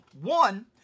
One